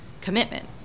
commitment